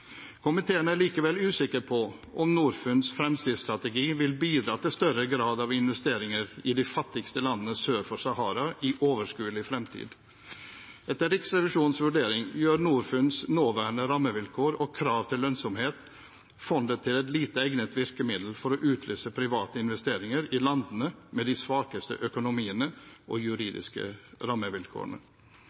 sør for Sahara i overskuelig fremtid. Etter Riksrevisjonens vurdering gjør Norfunds nåværende rammevilkår og krav til lønnsomhet fondet til et lite egnet virkemiddel for å utløse private investeringer i landene med de svakeste økonomiene og juridiske rammevilkårene.